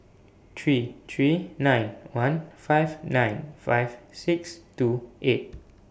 three three nine one five nine five six two eight